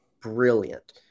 brilliant